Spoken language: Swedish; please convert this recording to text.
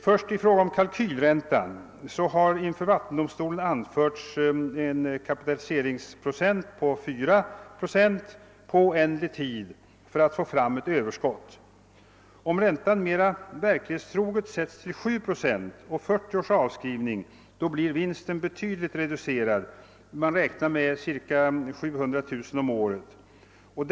I fråga om kalkylräntan har inför vattendomstolen angivits en kapitaliseringsränta på 4 procent under oändlig tid för att få fram ett överskott. Om räntan mera verklighetstroget sätts till 7 procent och avskrivningstiden till 40 år, blir vinsten betydligt reducerad. Man räknar med ca 700 000 kronor om året.